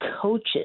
coaches